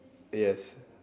yes